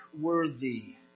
worthy